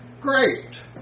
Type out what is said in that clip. great